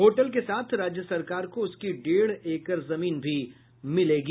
hotel के साथ राज्य सरकार को उसकी डेढ़ एकड़ जमीन भी मिलेगी